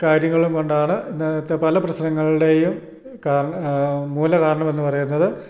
കാര്യങ്ങളും കൊണ്ടാണ് ഇന്നത്തെ പല പ്രശ്നങ്ങളുടെയും കാരണം മൂലകാരണം എന്നു പറയുന്നത്